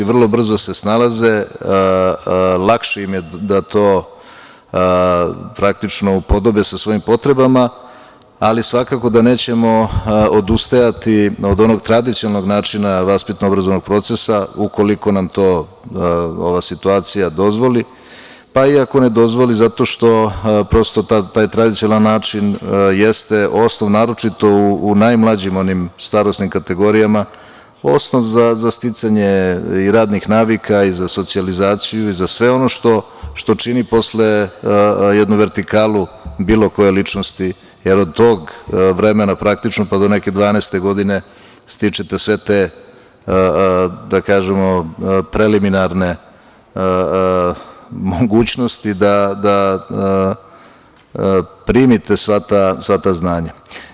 Vrlo brzo se snalaze, lakše im je da to praktično upodobe sa svojim potrebama, ali svakako da nećemo odustajati od onog tradicionalnog načina vaspitno obrazovnog procesa ukoliko nam to ova situacija dozvoli, pa i ako ne dozvoli zato što prosto taj tradicionalan način jeste osnov naročito u najmlađim starosnim kategorijama, osnov za sticanje i radnih navika i za socijalizaciju i za sve ono što čini posle jednu vertikalu bilo koje ličnosti, jer od tog vremena praktično pa do neke 12 godine stičete sve te preliminarne mogućnosti da primite sva ta znanja.